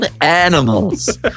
animals